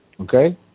Okay